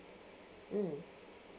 mm